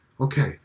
Okay